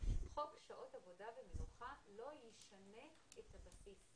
שחוק שעות עבודה ומנוחה לא ישנה את הבסיס,